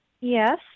Yes